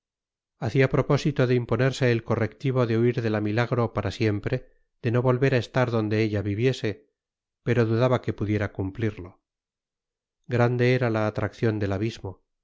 hacía propósito de imponerse el correctivo de huir de la milagro para siempre de no volver a estar donde ella viviese pero dudaba que pudiera cumplirlo grande era la atracción del abismo